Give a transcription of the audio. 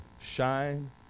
shine